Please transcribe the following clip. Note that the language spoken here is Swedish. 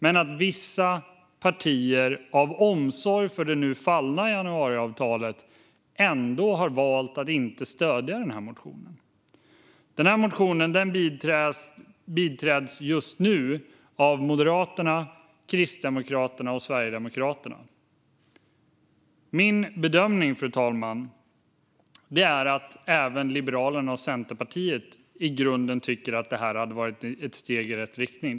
Men vissa partier har av omsorg för det nu fallna januariavtalet ändå valt att inte stödja motionen. Motionen biträds just nu av Moderaterna, Kristdemokraterna och Sverigedemokraterna. Min bedömning, fru talman, är att även Liberalerna och Centerpartiet i grunden tycker att det här hade varit ett steg i rätt riktning.